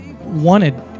wanted